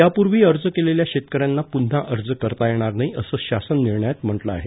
यापूर्वी अर्ज केलेल्या शेतकऱ्यांना पुन्हा अर्ज करता येणार नाही असं शासन निर्णयात म्हटलं आहे